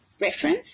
reference